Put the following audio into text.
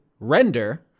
render